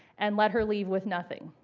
and let her leave with nothing.